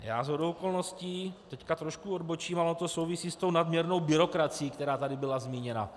Já shodou okolností, teď trošku odbočím, ono to souvisí s tou nadměrnou byrokracií, která tady byla zmíněna.